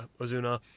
Ozuna